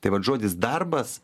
tai vat žodis darbas